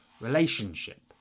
relationship